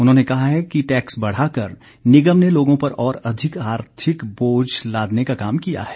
उन्होंने कहा है कि टैक्स बढ़ाकर निगम ने लोगों पर और अधिक आर्थिक बोझ लादने का काम किया है